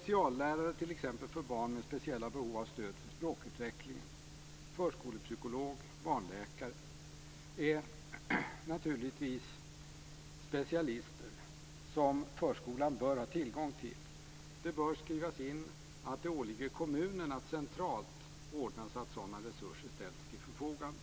T.ex. speciallärare för barn med speciella behov av stöd för språkutvecklingen, förskolepsykolog, barnläkare är naturligtvis specialister som förskolan bör har tillgång till. Det bör skrivas in att det åligger kommunerna att centralt ordna att sådana resurser ställs till förfogande.